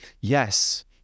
Yes